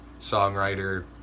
songwriter